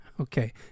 Okay